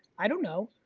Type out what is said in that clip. i don't know,